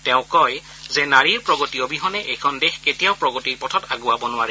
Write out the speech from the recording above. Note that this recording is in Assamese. তেওঁ কয় যে নাৰীৰ প্ৰগতি অবিহনে এখন দেশ কেতিয়াও প্ৰগতিৰ পথত আগুৱাব নোৱাৰে